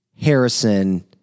Harrison